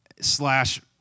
slash